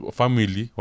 family